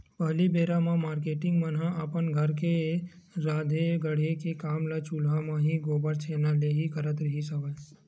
पहिली बेरा म मारकेटिंग मन ह अपन घर के राँधे गढ़े के काम ल चूल्हा म ही, गोबर छैना ले ही करत रिहिस हवय